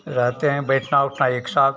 रहते हैं बैठना उठाना एक साथ